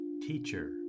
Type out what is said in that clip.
Teacher